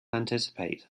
anticipate